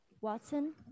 Watson